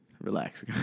Relax